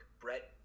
Brett